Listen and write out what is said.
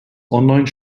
online